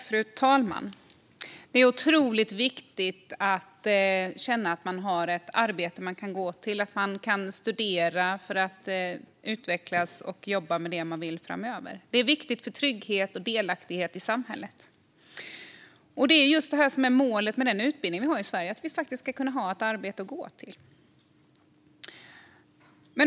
Fru talman! Det är otroligt viktigt att känna att man har ett arbete man kan gå till eller att man kan studera för att utvecklas och jobba med det man vill framöver. Det är viktigt för trygghet och delaktighet i samhället. Just detta är målet med den utbildning vi har i Sverige: att vi faktiskt ska kunna ha ett arbete att gå till.